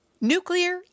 nuclear